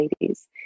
ladies